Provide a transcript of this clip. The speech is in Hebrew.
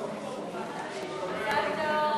51),